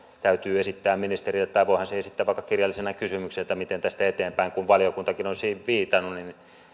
täytyy esittää ministerille tai voihan sen esittää vaikka kirjallisena kysymyksenä että miten tästä eteenpäin kun valiokuntakin on siihen viitannut